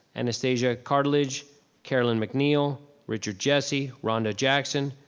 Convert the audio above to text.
anastasia cartledge caroline mcneil, richard jessie, rhonda jackson,